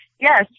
yes